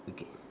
okay